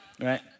right